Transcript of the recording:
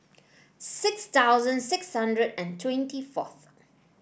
six thousand six hundred and twenty four